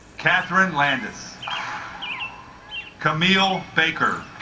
katherine landis camille baker